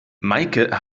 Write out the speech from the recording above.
meike